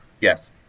Yes